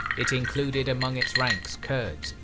it included among its ranks kurds,